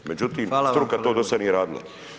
Međutim, struka [[Upadica: Hvala vam.]] to dosad nije radila.